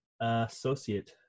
associate